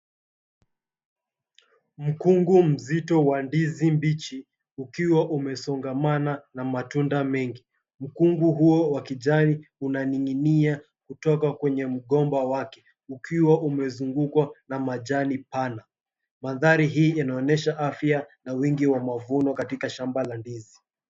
Mkungu mzito wa ndizi mbichi ukiwa umesongamana na matunda mengi. Mkungu huo wa kijani unaning'inia kutoka kwenye migomba wake ukiwa umezungukwa na majani pana. Maanthari hii inaonyesha afya na wingi wa mavuno katika shamba la ndizi.